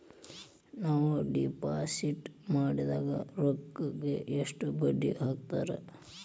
ನಾವು ಡಿಪಾಸಿಟ್ ಮಾಡಿದ ರೊಕ್ಕಿಗೆ ಎಷ್ಟು ಬಡ್ಡಿ ಹಾಕ್ತಾರಾ?